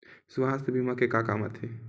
सुवास्थ बीमा का काम आ थे?